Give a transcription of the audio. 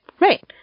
Right